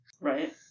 Right